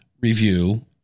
review